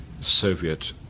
Soviet